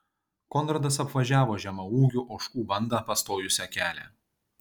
konradas apvažiavo žemaūgių ožkų bandą pastojusią kelią